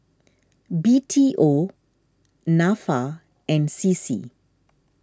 B T O Nafa and C C